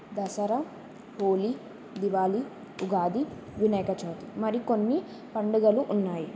దసరా హోలీ దివాళీ ఉగాది వినాయక చవితి మరికొన్ని పండుగలు ఉన్నాయి